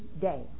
day